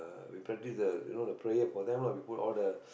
we practice the you know the prayer for them lah we put all the